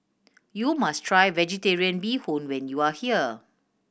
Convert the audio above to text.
you must try Vegetarian Bee Hoon when you are here